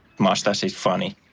mustache is funny.